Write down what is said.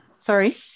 sorry